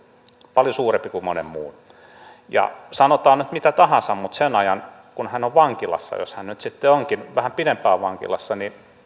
paljon suurempi kuin monen muun ja sanotaan nyt mitä tahansa niin sen ajan kun hän on vankilassa jos hän nyt sitten onkin vähän pidempään vankilassa